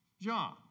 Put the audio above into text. John